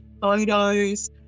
photos